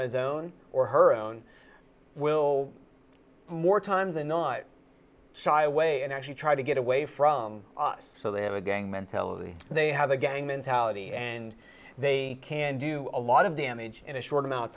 zone or her own will more times than not shy away and actually try to get away from us so they have a gang mentality they have a gang mentality and they can do a lot of damage in a short amount of